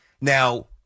Now